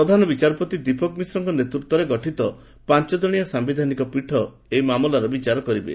ପ୍ରଧାନ ବିଚାରପତି ଦୀପକ୍ ମିଶ୍ରଙ୍କ୍ ନେତୃତ୍ୱରେ ଗଠିତ ପାଞ୍ଚଜଣିଆ ସାୟିଧାନିକ ପୀଠ ଏହି ମାମଲାର ବିଚାର କରିବେ